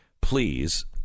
Please